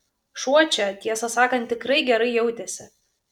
šuo čia tiesą sakant tikrai gerai jautėsi